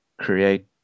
create